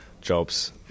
jobs